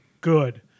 good